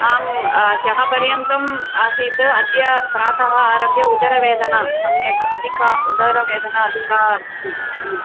आम् ह्यः पर्यन्तम् आसीत् अद्य प्रातः आरभ्य उदरवेदना सम्यक् अधिका उदरवेदना अधिका अस्ति